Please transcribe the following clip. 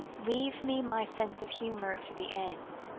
leave me my sense of humour to the end.